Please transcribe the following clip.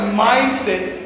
mindset